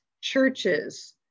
churches